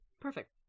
perfect